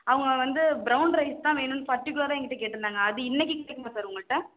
அவங்க வந்து brown rice தான் வேணும்ன்னு பர்ட்டிகுலராக ஏங்கிட்ட கேட்டுருந்தாங்க அது இன்னைக்கு கிடைக்குமா சார் உங்கள்கிட்ட